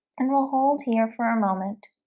and we'll hold here for a moment